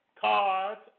cards